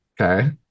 Okay